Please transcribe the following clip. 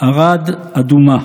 ערד אדומה